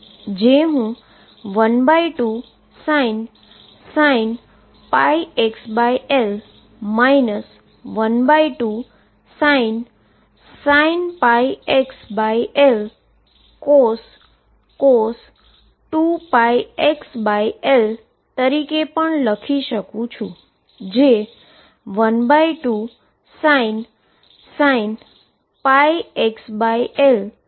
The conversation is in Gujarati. જે હું 12sin πxL 12sin πxL cos 2πxL તરીકે લખી શકું છું